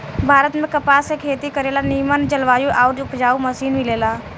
भारत में कपास के खेती करे ला निमन जलवायु आउर उपजाऊ जमीन मिलेला